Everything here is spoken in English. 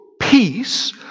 peace